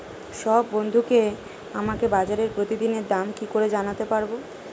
সব বন্ধুকে আমাকে বাজারের প্রতিদিনের দাম কি করে জানাতে পারবো?